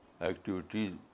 activities